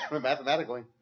mathematically